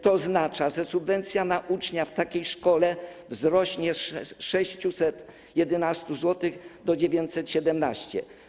To oznacza, że subwencja na ucznia w takiej szkole wzrośnie z 611 zł do 917 zł.